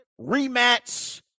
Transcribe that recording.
rematch